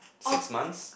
six months